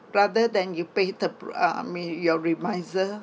rather than you pay the bre~ uh I mean your